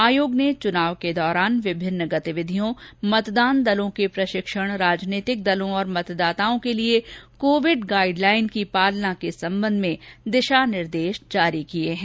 आयोग ने चुनाव के दौरान विभिन्न गतिविधियों मतदान दलों के प्रशिक्षण राजनीतिक दलों और मतदाताओं के लिए कोविड गाइडलाइन की पालना के संबंध दिशा निर्देश जारी किये हैं